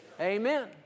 Amen